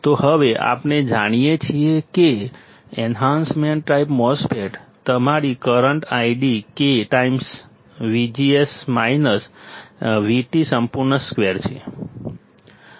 તો હવે આપણે જાણીએ છીએ કે એન્હાન્સમેન્ટ ટાઈપ MOSFET તમારી current ID K times V G S minus VT સંપૂર્ણ સ્ક્વેર છે